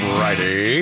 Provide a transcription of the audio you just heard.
Friday